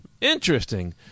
Interesting